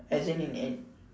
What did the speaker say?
as in in an